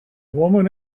woman